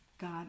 God